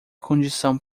condição